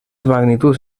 magnituds